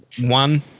one